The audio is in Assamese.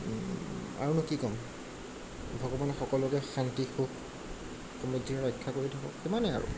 আৰুনো কি ক'ম ভগৱানে সকলোকে শান্তি সুখ সমৃদ্ধিৰে ৰক্ষা কৰি থাকক ইমানেই আৰু